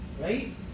Right